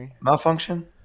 malfunction